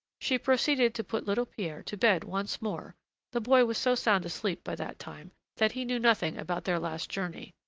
she proceeded to put little pierre to bed once more the boy was so sound asleep by that time, that he knew nothing about their last journey.